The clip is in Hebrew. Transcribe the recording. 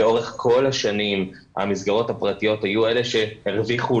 לאורך כל השנים המסגרות הפרטיות היו אלה שהרוויחו